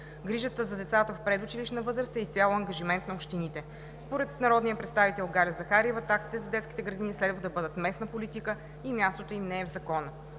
Грижата за децата в предучилищна възраст е изцяло ангажимент на общините. Според народния представител Галя Захариева таксите за детските градини следва да бъдат местна политика и мястото им не е в Закона.